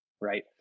right